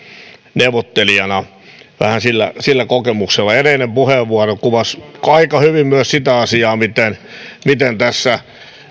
neuvottelijana vähän sillä kokemuksella edellinen puheenvuoro kuvasi aika hyvin myös sitä asiaa miten miten tässä